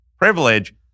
privilege